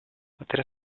atera